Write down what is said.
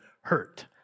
hurt